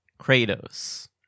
kratos